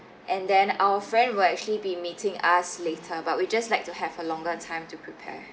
and then our friend will actually be meeting us later but we just like to have a longer time to prepare